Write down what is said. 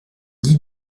dis